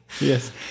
yes